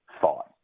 thought